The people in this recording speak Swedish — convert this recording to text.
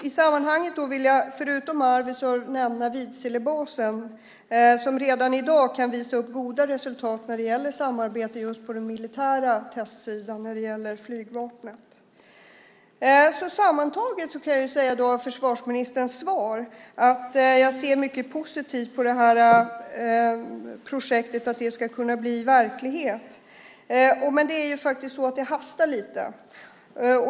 I sammanhanget vill jag förutom Arvidsjaur nämna Vidselbasen, som redan i dag kan visa upp goda resultat när det gäller samarbete på den militära testsidan med Flygvapnet. Sammantaget kan jag med tanke på försvarsministerns svar säga att jag ser mycket positivt på projektet och att det ska kunna bli verklighet. Men det hastar lite.